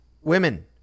Women